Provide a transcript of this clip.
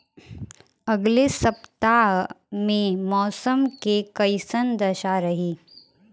अलगे सपतआह में मौसम के कइसन दशा रही?